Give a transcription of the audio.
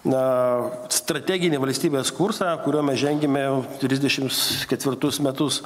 na strateginį valstybės kursą kuriuo mes žengiame trisdešims ketvirtus metus